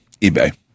eBay